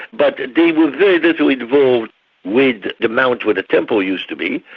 but they were very little involved with the mount where the temple used to be,